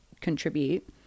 contribute